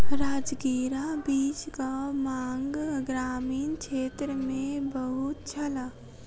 राजगिरा बीजक मांग ग्रामीण क्षेत्र मे बहुत छल